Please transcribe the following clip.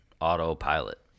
autopilot